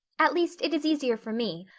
at least, it is easier for me.